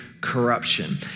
corruption